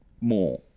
more